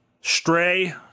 Stray